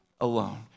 alone